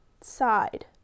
side